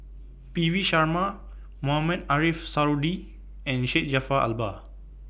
P V Sharma Mohamed Ariff Suradi and Syed Jaafar Albar